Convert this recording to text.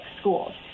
schools